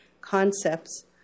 concepts